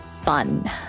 fun